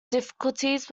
difficulties